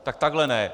Tak takhle ne!